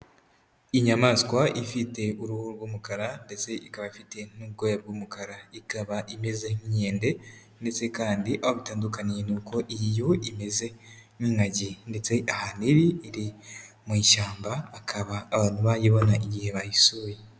Inyamaswa ifite uruhu rw'umukara ndetse ikaba ifite ubwoya bw'umukara. Ikaba imeze nk'inkende ndetse kandi aho bitandukaniye, ni uko iyi yo imeze nk'ingagi ndetse ahantu iri, iri mu ishyamba akaba abantu bayibona igihe bayisuye.